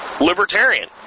libertarian